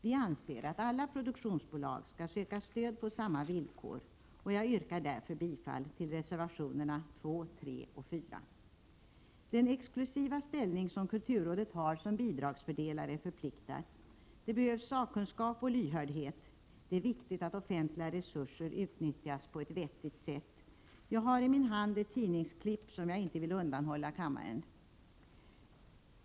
Vi anser att alla produktionsbolag skall söka stöd på samma villkor, och jag yrkar därför bifall till reservationerna 2, 3 och 4. Den exklusiva ställning som kulturrådet har som bidragsfördelare förpliktar. Det behövs sakkunskap och lyhördhet — det är viktigt att offentliga resurser utnyttjas på ett vettigt sätt. Jag har i min hand ett tidningsklipp som jag inte vill undanhålla kammaren.